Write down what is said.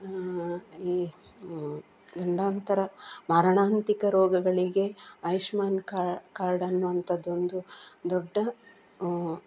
ಈ ಗಂಡಾಂತರ ಮಾರಣಾಂತಿಕ ರೋಗಗಳಿಗೆ ಆಯುಷ್ಮಾನ್ ಕಾರ್ಡ್ ಅನ್ನುವಂಥದ್ದೊಂದು ದೊಡ್ಡ